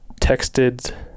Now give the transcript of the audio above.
texted